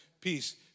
peace